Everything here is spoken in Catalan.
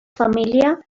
família